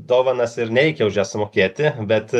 dovanas ir nereikia už jas sumokėti bet